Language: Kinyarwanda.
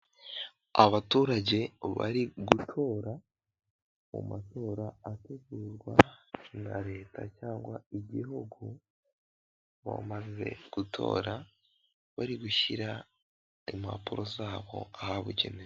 Abaturage bari gutora mu matora ategurwa na leta cyangwa igihugu bamaze gutora bari gushyira impapuro zabo ahabugenewe.